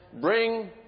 bring